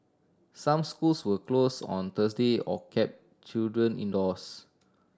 some schools were closed on Thursday or kept children indoors